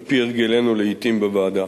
על-פי הרגלנו לעתים בוועדה.